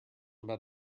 about